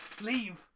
leave